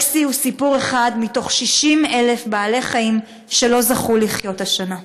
רקסי הוא אחד מתוך 60,000 בעלי-חיים שלא זכו לחיות השנה.